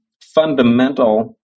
fundamental